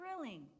thrilling